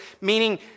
meaning